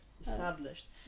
established